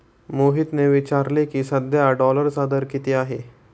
मोहितने विचारले की, सध्या डॉलरचा दर किती आहे?